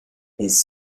his